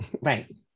right